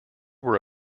were